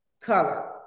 color